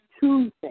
Tuesday